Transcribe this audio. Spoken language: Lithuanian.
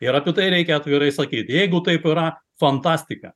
ir apie tai reikia atvirai sakyt jeigu taip yra fantastika